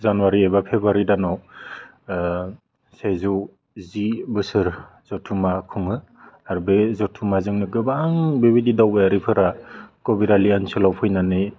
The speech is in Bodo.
जानुवारि एबा फेब्रुवारि दानाव सेजौ जि बोसोर जुथुम्मा खुङो आरो बे जुथुम्माजोंनो गोबां बेबायदि दावबायारिफोरा कबिरालि ओनसोलाव फैनानै